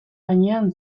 gainean